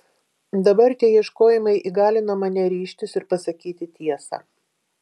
dabar tie ieškojimai įgalino mane ryžtis ir pasakyti tiesą